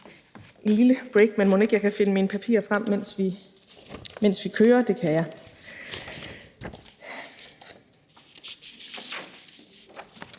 et lille break, men mon ikke jeg kan finde mine papirer frem, mens vi kører? Det kan jeg.